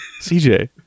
CJ